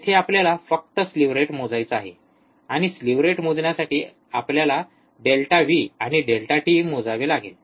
येथे आपल्याला फक्त स्लीव्ह रेट मोजायचा आहे आणि स्लीव्ह रेट मोजण्यासाठी आपल्याला डेल्टा व्ही आणि डेल्टा टी मोजावे लागेल